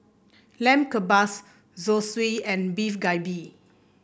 Lamb Kebabs Zosui and Beef Galbi